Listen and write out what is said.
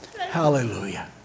Hallelujah